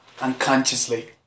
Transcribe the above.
unconsciously